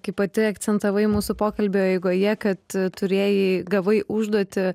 kai pati akcentavai mūsų pokalbio eigoje kad turėjai gavai užduotį